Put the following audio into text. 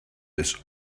this